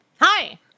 Hi